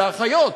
לאחיות,